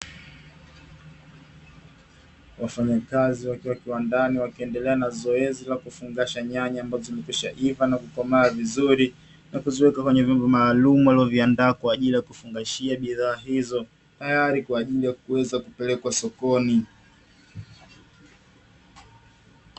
Wafanyakazi wakiwa kiwandani wakiendelea na zoezi la kufunga nyanya ambazo zimekwishaiva na kukomaa vizuri na kuziweka kwenye vyombo maalumu walivyoviandaa kwa ajili ya kufungashia bidhaa hizo, tayari kwa ajili ya kuweza kupelekwa sokoni.